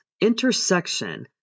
intersection